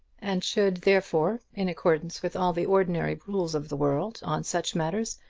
and should, therefore, in accordance with all the ordinary rules of the world on such matters,